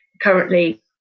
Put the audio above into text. currently